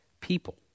people